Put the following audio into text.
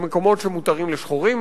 למקומות שמותרים לשחורים,